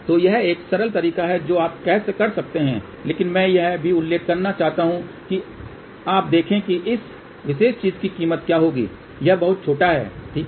तो यह एक सरल तरीका है जो आप कर सकते हैं लेकिन मैं यह भी उल्लेख करना चाहता हूं कि अब देखें कि इस विशेष चीज की कीमत क्या होगी यह बहुत छोटा है ठीक है